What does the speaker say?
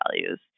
values